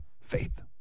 Faith